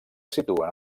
situen